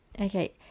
Okay